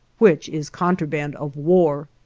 which is contraband of war.